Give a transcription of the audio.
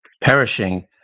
perishing